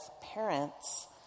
parents